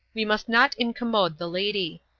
we must not incommode the lady.